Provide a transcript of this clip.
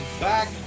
back